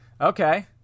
Okay